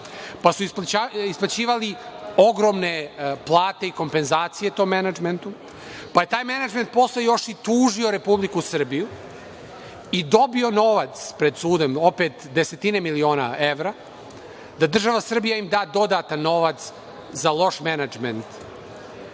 pa su isplaćivali ogromne plate i kompenzacije to menadžmentu, pa je taj menadžment posle još tužio Republiku Srbiju i dobio novac pred sudom, opet desetine miliona evra, da im država Srbija da dodatan novac za loš menadžment.